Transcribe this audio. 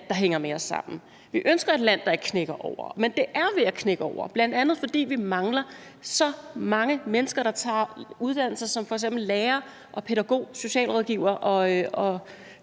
der hænger mere sammen; vi ønsker et land, der ikke knækker over. Men det er ved at knække over, bl.a. fordi vi mangler så mange mennesker, der tager en uddannelse til lærer, pædagog, socialrådgiver og